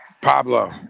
Pablo